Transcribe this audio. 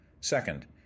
second